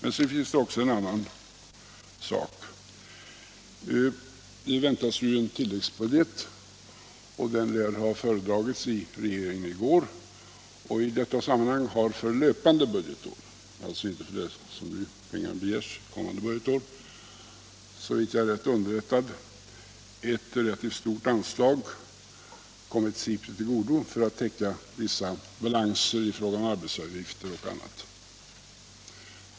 Ett annat skäl är att det väntas en tilläggsbudget. Den lär ha föredagits i regeringen i går. I detta sammanhang har för löpande budgetår — alltså inte det kommande budgetåret, för vilket pengar begärs i den nu föreliggande propositionen — såvitt jag är rätt underrättad ett tillräckligt stort anslag kommit SIPRI till godo för att täcka vissa balanser i fråga om arbetsgivaravgifter och annat.